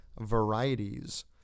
varieties